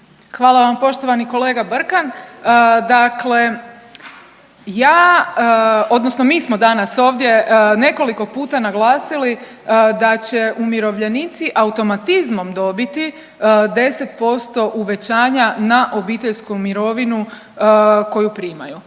Hvala vam poštovani kolega Brkan. Dakle, ja odnosno mi smo danas ovdje nekoliko puta naglasili da će umirovljenici automatizmom dobiti 10% uvećanja na obiteljsku mirovinu koju primaju.